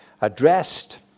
addressed